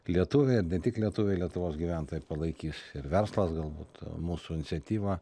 lietuviai ir ne tik lietuviai lietuvos gyventojai palaikys ir verslas galbūt mūsų iniciatyvą